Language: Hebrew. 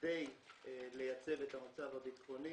בכדי לייצב את המצב הביטחוני